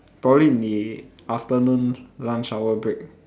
probably in the afternoon lunch hour break